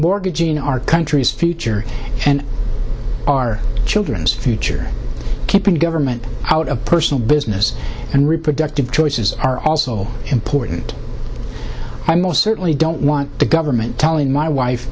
mortgaging our country's future and our children's future keeping government out of personal business and reproductive choices are also important i most certainly don't want the government telling my wife